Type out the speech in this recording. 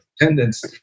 attendance